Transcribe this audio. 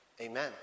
Amen